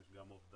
יש גם אובדנים,